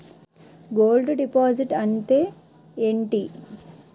Gold deposit అంతే ఎంటి?